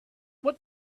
what